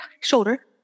shoulder